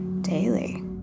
daily